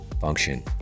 function